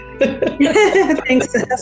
Thanks